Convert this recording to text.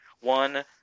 one